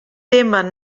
temen